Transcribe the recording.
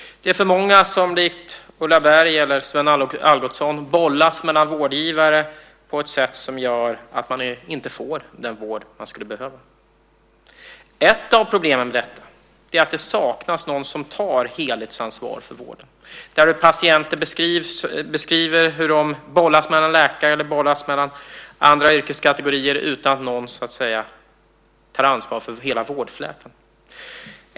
Det är för många som likt Ulla Berg eller Sven Algotsson bollas mellan vårdgivare på ett sätt som gör att man inte får den vård man skulle behöva. Ett av problemen med detta är att det saknas någon som tar helhetsansvar för vården. Patienter beskriver hur de bollas mellan läkare eller bollas mellan andra yrkeskategorier utan att någon tar ansvar för hela vårdflätan.